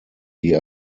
die